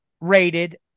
rated